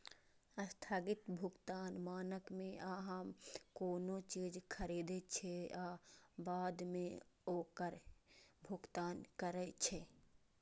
स्थगित भुगतान मानक मे अहां कोनो चीज खरीदै छियै आ बाद मे ओकर भुगतान करै छियै